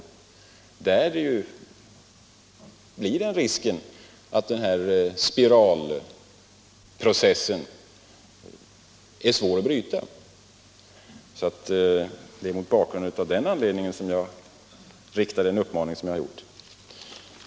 Det kan finnas risk för att den här spiralprocessen blir svår att bryta, och det är med detta som bakgrund som jag har kommit med uppmaningen.